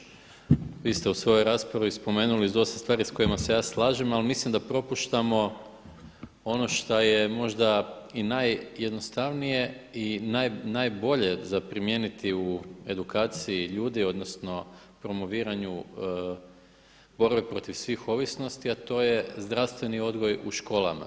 Gospođo Strenja-Linić, vi ste u svojoj raspravi spomenuli dosta stvari s kojima se ja slažem, ali mislim da propuštamo ono šta je možda i najjednostavnije i najbolje za primijeniti u edukciji ljudi odnosno promoviranju borbe protiv svih ovisnosti, a to je zdravstveni odgoj u školama.